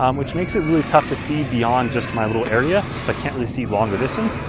um which makes it really tough to see beyond just my little area. so i can't really see longer distance.